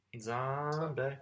zombie